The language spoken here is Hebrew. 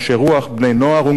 בני-נוער הונגרים ועוד.